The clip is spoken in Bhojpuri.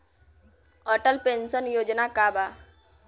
अटल पेंशन योजना का बा?